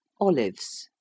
olives